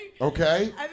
Okay